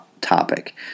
topic